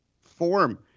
form